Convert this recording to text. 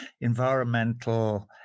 environmental